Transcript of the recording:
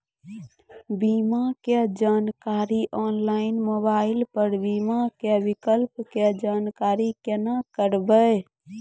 बीमा के जानकारी ऑनलाइन मोबाइल पर बीमा के विकल्प के जानकारी केना करभै?